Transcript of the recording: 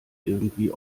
irgendwie